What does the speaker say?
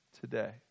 today